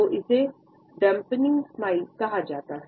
तो इसे दम्पेनिंग स्माइल कहा जाता है